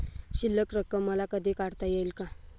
शिल्लक रक्कम मला कधी काढता येईल का?